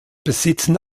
besitzen